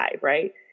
right